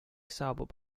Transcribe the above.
saabub